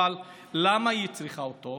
אבל למה היא צריכה אותו?